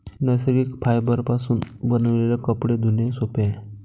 नैसर्गिक फायबरपासून बनविलेले कपडे धुणे सोपे आहे